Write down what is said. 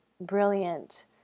brilliant